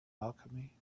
alchemy